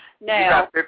Now